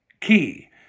key